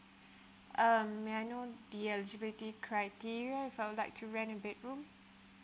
um may I know the eligibility criteria if I would like to rent a bedroom